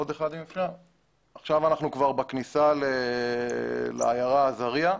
עכשיו אנחנו כבר בכניסה לעיירה עזריה,